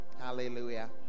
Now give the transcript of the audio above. Hallelujah